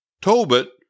Tobit